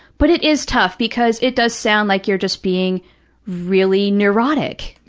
but it is tough because it does sound like you're just being really neurotic.